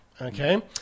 Okay